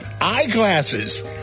Eyeglasses